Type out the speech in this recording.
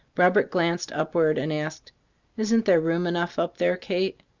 robert glanced upward and asked isn't there room enough up there, kate?